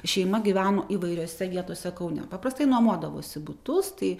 šeima gyveno įvairiose vietose kaune paprastai nuomodavosi butus tai